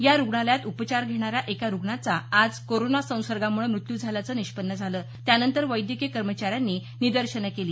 या रुग्णालयात उपचार घेणाऱ्या एका रुग्णाचा आज कोरोना संसर्गामुळे मृत्यू झाल्याचं निष्पन्न झालं त्यानंतर वैद्यकीय कर्मचाऱ्यांनी निदर्शनं केली